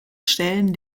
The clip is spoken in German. stellen